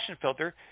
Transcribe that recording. filter